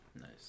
nice